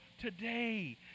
today